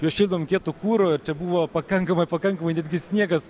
juos šildom kietu kuru ir čia buvo pakankamai pakankamai netgi sniegas